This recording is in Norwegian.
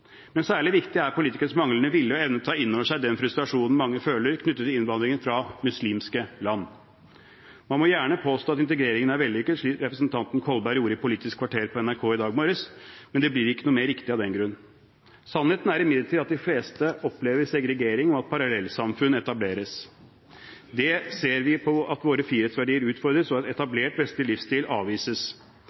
Men særlig viktig er politikernes manglende vilje og evne til å ta inn over seg den frustrasjonen mange føler knyttet til innvandringen fra muslimske land. Man må gjerne påstå at integreringen er vellykket, slik representanten Kolberg gjorde i Politisk kvarter på NRK i dag morges, men det blir ikke noe mer riktig at den grunn. Sannheten er imidlertid at de fleste opplever segregering, og at parallellsamfunn etableres. Der ser vi at våre frihetsverdier utfordres, og at etablert vestlig livsstil avvises.